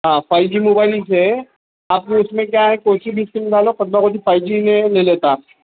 ہاں five G mobiles ہے آپ کو اُس میں کیا ہے کوئی سی بھی سم ڈالو خود بخود ہی فائیو جی میں لے لیتا